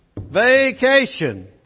Vacation